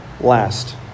Last